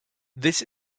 this